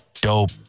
dope